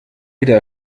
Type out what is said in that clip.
wieder